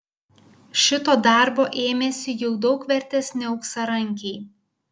šito darbo ėmėsi jau daug vertesni auksarankiai